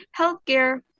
healthcare